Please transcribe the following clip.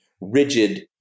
rigid